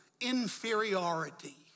inferiority